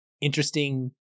interesting